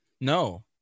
no